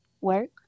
work